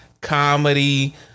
comedy